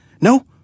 No